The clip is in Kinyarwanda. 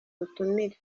ubutumire